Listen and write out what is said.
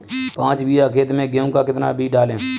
पाँच बीघा खेत में गेहूँ का कितना बीज डालें?